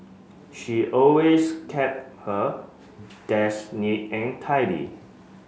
she always kept her desk neat and tidy